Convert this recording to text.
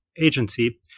agency